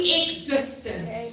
existence